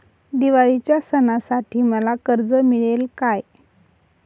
दिवाळीच्या सणासाठी मला कर्ज मिळेल काय?